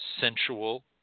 sensual